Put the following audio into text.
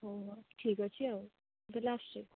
ହଉ ହଉ ଠିକ୍ ଅଛି ଆଉ ମୁଁ ତା' ହେଲେ ଆସୁଛି